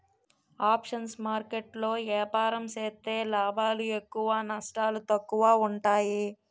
options market లో ఏపారం సేత్తే లాభాలు ఎక్కువ నష్టాలు తక్కువ ఉంటాయి